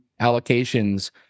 allocations